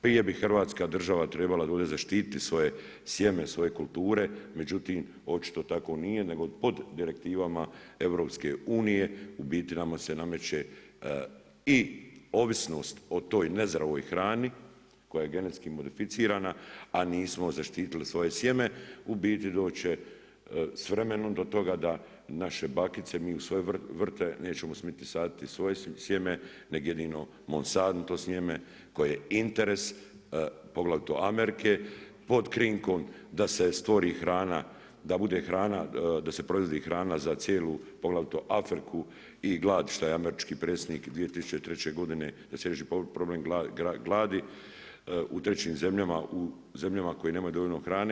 Prije bi Hrvatska država trebala zaštititi svoje sjeme, svoje kulture međutim očito tako nije nego pod direktivama EU u biti nama se nameće i ovisnost o toj nezdravoj hrani koja je genetski modificirana a nismo zaštitili svoje smjene u biti doći se s vremenom do toga da naše bakice mi u svoje vrte nećemo smjeti saditi svoje sjeme nego jedino MOnsanto sjeme koje je interes poglavito Amerike, pod krinkom da se stvori hrana da bude hrana da se proizvodi hrana za cijelu Afriku i glad što je američki predsjednik 2003. godine da se riješi problem gladi u trećim zemljama u zemljama koje nemaju dovoljno hrane.